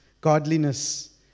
godliness